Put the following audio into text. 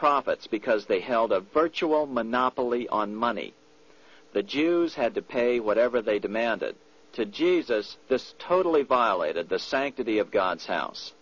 profits because they held a virtual monopoly on money the jews had to pay whatever they demanded to jesus this totally violated the sanctity of god's house